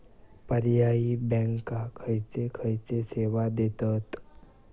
पर्यायी बँका खयचे खयचे सेवा देतत?